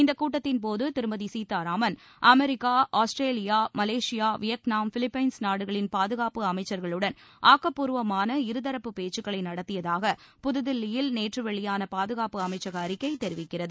இந்த கூட்டத்தின்போது திருமதி Sitharaman America Australia Malaysia Vietnam Philippines நாடுகளின் பாதுகாப்பு அமைச்சர்களுடன் ஆக்கப்பூர்வமான இருதரப்பு பேச்சக்களை நடத்தியதாக புதுதில்லியில் நேற்று வெளியான பாதுகாப்பு அமைச்சக அறிக்கை தெரிவிக்கிறது